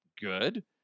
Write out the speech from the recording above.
Good